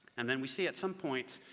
and then we see at some points,